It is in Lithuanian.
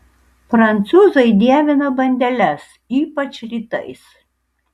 prancūzai dievina bandeles ypač rytais